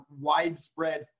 widespread